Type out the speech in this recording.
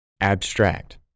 Abstract